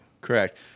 correct